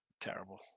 Terrible